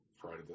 Friday